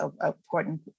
important